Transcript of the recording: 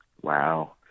Wow